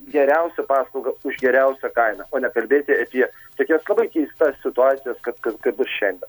geriausią paslaugą už geriausią kainą o ne kalbėti apie tokias labai keistas situacijas kad kas bus šiandien